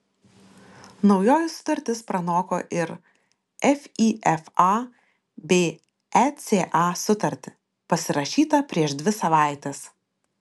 naujoji sutartis pranoko ir fifa bei eca sutartį pasirašytą prieš dvi savaites